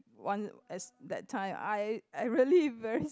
one is that time I I really very